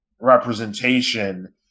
representation